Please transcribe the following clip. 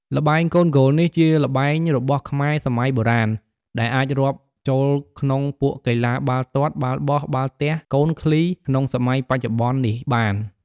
ល្បែងកូនគោលនេះ ជាល្បែរបស់ខ្មែរសម័យបុរាណ ដែលអាចរាប់ចូលក្នុងពួកកីឡាបាល់ទាត់ បាល់បោះ បាល់ទះ កូនឃ្លី ក្នុងសម័យបច្ចុប្បន្ននេះបាន។